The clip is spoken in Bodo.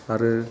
आरो